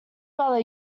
brother